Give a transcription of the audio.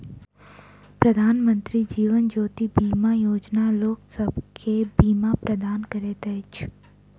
प्रधानमंत्री जीवन ज्योति बीमा योजना लोकसभ के बीमा प्रदान करैत अछि